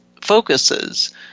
focuses